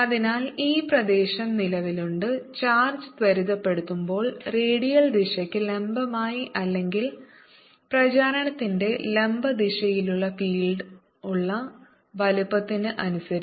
അതിനാൽ ഈ പ്രദേശം നിലവിലുണ്ട് ചാർജ് ത്വരിതപ്പെടുത്തുമ്പോൾ റേഡിയൽ ദിശയ്ക്ക് ലംബമായി അല്ലെങ്കിൽ പ്രചാരണത്തിന്റെ ലംബ ദിശയിലുള്ള ഫീൽഡുള്ള വലുപ്പത്തിന് അനുസരിച്ച്